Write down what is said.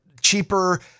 cheaper